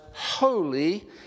holy